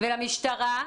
ולמשטרה?